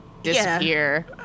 Disappear